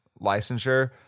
licensure